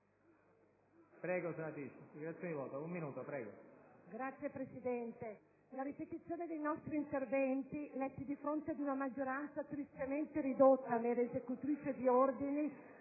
Signor Presidente, la ripetizione dei nostri interventi, pronunciati di fronte ad una maggioranza tristemente ridotta a mera esecutrice di ordini...